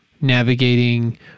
navigating